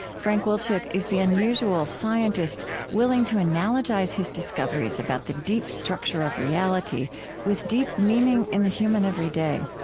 frank wilczek is the unusual scientist willing to analogize his discoveries about the deep structure of reality with deep meaning in the human everyday.